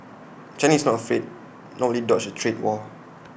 China is not afraid nor IT dodge A trade war